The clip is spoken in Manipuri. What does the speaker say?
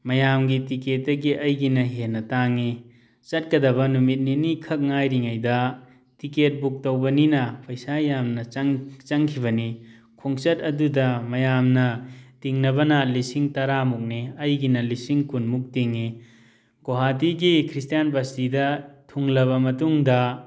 ꯃꯌꯥꯝꯒꯤ ꯇꯤꯛꯀꯦꯠꯇꯒꯤ ꯑꯩꯒꯤꯅ ꯍꯦꯟꯅ ꯇꯥꯡꯏ ꯆꯠꯀꯗꯕ ꯅꯨꯃꯤꯠ ꯅꯤꯅꯤꯈꯛ ꯉꯥꯏꯔꯤꯉꯩꯗ ꯇꯤꯛꯀꯦꯠ ꯕꯨꯛ ꯇꯧꯕꯅꯤꯅ ꯄꯩꯁꯥ ꯌꯥꯝꯅ ꯆꯪ ꯆꯪꯈꯤꯕꯅꯤ ꯈꯣꯡꯆꯠ ꯑꯗꯨꯗ ꯃꯌꯥꯝꯅ ꯇꯤꯡꯅꯕꯅ ꯂꯤꯁꯤꯡ ꯇꯔꯥꯃꯨꯛꯅꯤ ꯑꯩꯒꯤꯅ ꯂꯤꯁꯤꯡ ꯀꯨꯟꯃꯨꯛ ꯇꯤꯡꯏ ꯒꯣꯍꯥꯇꯤꯒꯤ ꯈ꯭ꯔꯤꯁꯇꯥꯤꯌꯥꯟ ꯕꯁꯇꯤꯗ ꯊꯨꯡꯂꯕ ꯃꯇꯨꯡꯗ